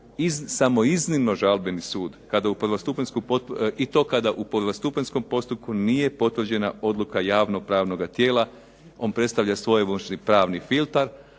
samo iznimno žalbeni sud i to kada u prvostupanjskom postupku nije potvrđena odluka javnopravnoga tijela. On predstavlja svojevrsni pravni filtar,